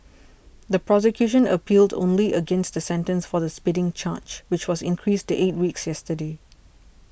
the prosecution appealed only against the sentence for the spitting charge which was increased to eight weeks yesterday